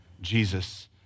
Jesus